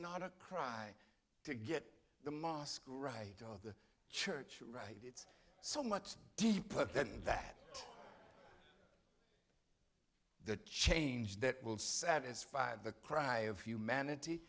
not a crime to get the mosque right the church right it's so much deeper than that the change that will satisfy the cry of humanity